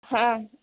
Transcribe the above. ಹಾಂ